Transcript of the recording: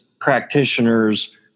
practitioners